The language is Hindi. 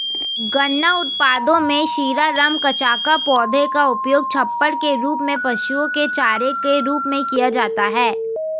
गन्ना उत्पादों में शीरा, रम, कचाका, पौधे का उपयोग छप्पर के रूप में, पशुओं के चारे के रूप में किया जाता है